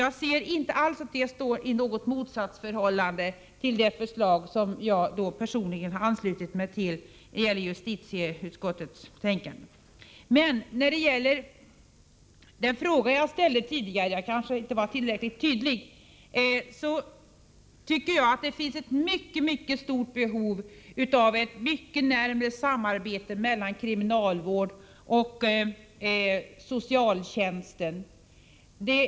Jag ser inte att det står i något motsatsförhållande till det förslag i justitieutskottets betänkande som jag personligen har anslutit mig till. Jag kanske inte uttryckte mig tillräckligt tydligt i den fråga jag ställde tidigare och vill därför betona att jag anser att det finns ett mycket stort behov av ett närmare samarbete mellan kriminalvården och socialtjänsten.